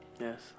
Yes